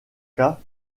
cas